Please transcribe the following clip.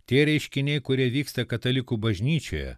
tie reiškiniai kurie vyksta katalikų bažnyčioje